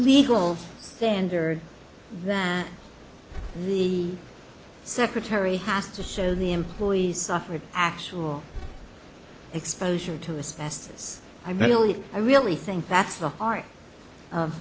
legal standard that the secretary has to show the employees suffered actual exposure to assess this i really i really think that's the heart of